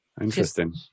interesting